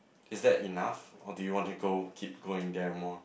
is that enough or do you want to go keep going there more